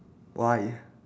why